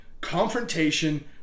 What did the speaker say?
confrontation